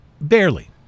Barely